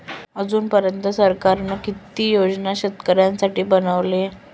अजून पर्यंत सरकारान किती योजना शेतकऱ्यांसाठी बनवले?